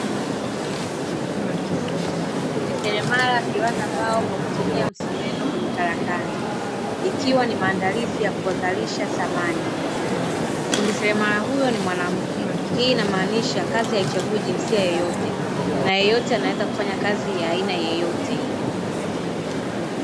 Fundi seremala akiranda mbao kwa kutumia msumeno kwenye karakana, ikiwa ni maandalizi ya kuzalisha samani. Fundi seremala huyo ni mwanamke, hii ina maanisha kazi haichagui jinsia yoyote na yeyote anaweza kufanya kazi ya aina yoyote ile.